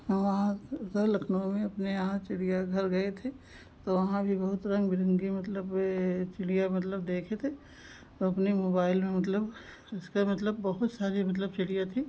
हम वहाँ से लखनऊ में अपने यहाँ चिड़ियाघर गए थे तो वहाँ भी बहुत रंग बिरंगी मतलब चिड़िया मतलब देखे थे और अपनी मोबाइल में मतलब उसके मतलब बहुत सारी मतलब चिड़िया थी